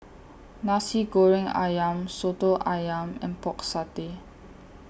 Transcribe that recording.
Nasi Goreng Ayam Soto Ayam and Pork Satay